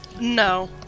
No